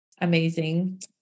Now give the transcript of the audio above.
amazing